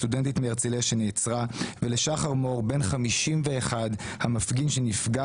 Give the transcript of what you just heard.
סטודנטית מהרצליה שנעצרה ולשחר מור בן 51 המפגין שנפגע